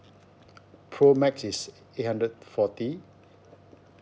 pro max is eight hundred forty